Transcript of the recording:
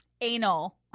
Anal